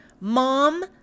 Mom